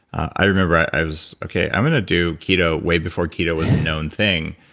i remember i was okay, i'm going to do keto way before keto was a known thing.